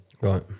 right